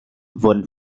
wurden